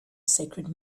sacred